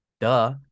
Duh